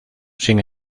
sin